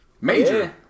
major